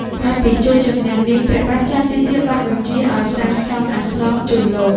ក្រោយពីជ័យជម្នះនេះ ព្រះបាទច័ន្ទរាជាបានបញ្ជាឱ្យសាងសង់អាស្រមជូនលោក។